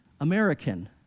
American